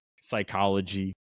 psychology